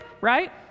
right